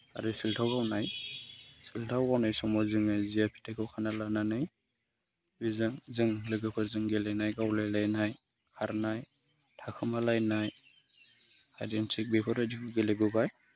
आरो सेल्थाव गावनाय सेल्थाव गावनाय समाव जोङो जिया फिथाइखौ खाना लानानै बेजों जों लोगोफोरजों गेलेनाय गावलायलायनाय खारनाय थाखोमालायनाय हाइड एण्ड सिक बेफोरबायदिखौ गेलेबोबाय